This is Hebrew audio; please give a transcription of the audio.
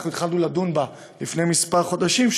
אנחנו התחלנו לדון בה לפני כמה חודשים,